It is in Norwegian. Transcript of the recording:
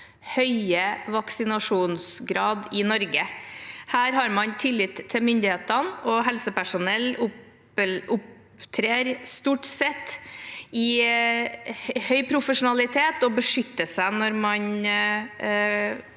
høye vaksinasjonsgrad i Norge. Her har man tillit til myndighetene, og helsepersonell opptrer stort sett med høy grad av profesjonalitet og beskytter seg når man